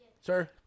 sir